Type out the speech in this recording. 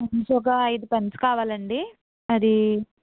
ఒక అయిదు పెన్స్ కావాలి అండి మరి